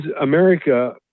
America